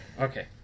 Okay